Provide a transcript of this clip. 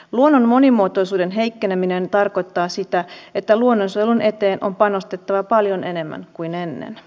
luonnon monimuotoisuuden heikkeneminen tarkoittaa sitä että luonnonsuojelun eteen on panostettava paljon enemmän kuin ennen